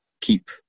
keep